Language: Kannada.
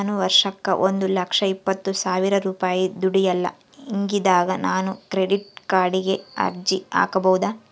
ನಾನು ವರ್ಷಕ್ಕ ಒಂದು ಲಕ್ಷ ಇಪ್ಪತ್ತು ಸಾವಿರ ರೂಪಾಯಿ ದುಡಿಯಲ್ಲ ಹಿಂಗಿದ್ದಾಗ ನಾನು ಕ್ರೆಡಿಟ್ ಕಾರ್ಡಿಗೆ ಅರ್ಜಿ ಹಾಕಬಹುದಾ?